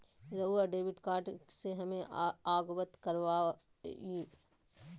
रहुआ debit card से हमें अवगत करवाआई?